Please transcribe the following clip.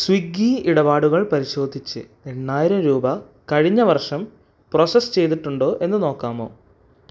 സ്വിഗ്ഗി ഇടപാടുകൾ പരിശോധിച്ച് എണ്ണായിരം രൂപ കഴിഞ്ഞ വർഷം പ്രോസസ്സ് ചെയ്തിട്ടുണ്ടോ എന്ന് നോക്കാമോ